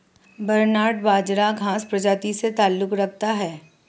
barnyard बाजरा घांस प्रजाति से ताल्लुक रखता है